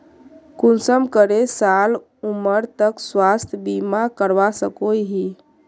कुंसम करे साल उमर तक स्वास्थ्य बीमा करवा सकोहो ही?